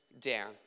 down